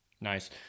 Nice